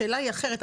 השאלה היא אחרת.